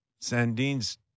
Sandine's